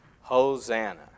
Hosanna